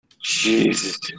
Jesus